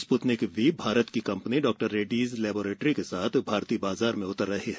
Sputnik V Bharat की कंपनी डॉ रेड्डीज लेबोरेटरी के साथ भारतीय बाजार में उतर रही है